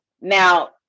now